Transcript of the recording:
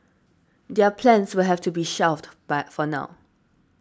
their plans will have to be shelved by for now